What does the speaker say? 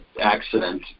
accident